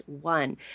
One